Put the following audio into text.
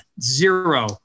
zero